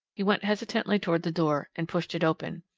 he went hesitantly toward the door, and pushed it open.